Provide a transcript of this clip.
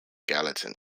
gallatin